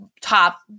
top